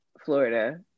Florida